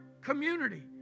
community